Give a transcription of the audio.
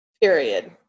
Period